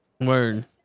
Word